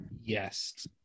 Yes